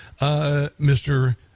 Mr